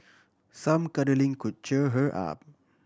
some cuddling could cheer her up